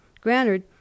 Granard